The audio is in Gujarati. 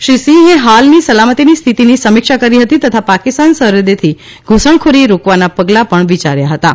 શ્રી સિંહે હાલની સલામતિની સ્થિતિની સમીક્ષા કરી હતી તથા પાકિસ્તાન સરહદેથી ધુસણખોરી રોકવાનાં પગલાં પણ વિચાર્યાં હતાં